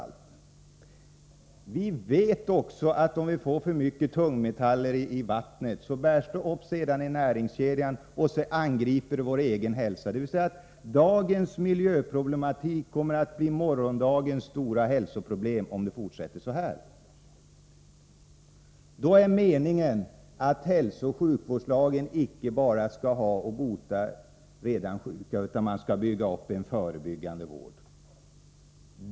Vidare vet vi att om det blir för mycket tungmetaller i vattnet, kommer en del av dessa att tas upp i näringskedjan. Vår egen hälsa angrips sedan. Dagens miljöproblematik kommer alltså att bli morgondagens stora hälsoproblem, om det fortsätter så här. Meningen med hälsooch sjukvårdslagen är således icke bara att redan sjuka skall botas, utan också att det skall finnas en förebyggande vård.